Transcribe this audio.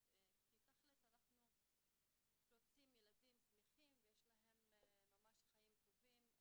כי תכל'ס אנחנו רוצים ילדים שמחים שיש להם ממש חיים טובים,